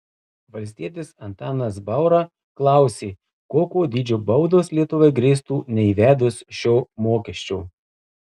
valstietis antanas baura klausė kokio dydžio baudos lietuvai grėstų neįvedus šio mokesčio